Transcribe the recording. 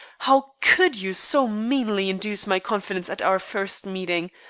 how could you so meanly induce my confidence at our first meeting?